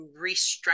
restructure